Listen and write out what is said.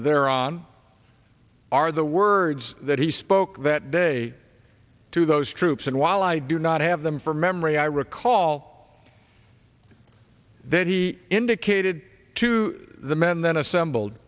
there on are the words that he spoke that day to those troops and while i do not have them from memory i recall that he indicated to the men then assembled